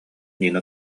нина